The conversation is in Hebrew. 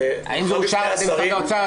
האם זה אושר על ידי משרד האוצר,